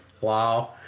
Wow